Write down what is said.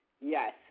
Yes